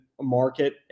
market